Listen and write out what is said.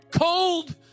cold